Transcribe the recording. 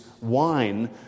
wine